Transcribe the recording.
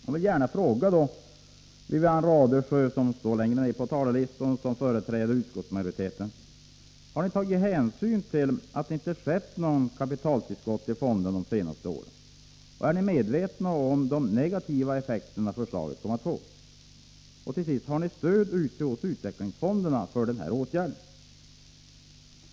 Jag vill gärna fråga Wivi-Anne Radesjö, som återfinns längre ner på talarlistan, som företrädare för utskottsmajoriteten om ni har tagit hänsyn till att det inte skett något kapitaltillskott till fonderna de senaste åren. Är ni medvetna om de negativa effekter som ert förslag kommer att få? Och till sist: Har ni stöd ute hos utvecklingsfonderna för åtgärden?